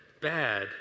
bad